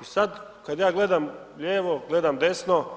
I sad kad ja gledamo lijevo, gledam desno,